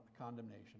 condemnation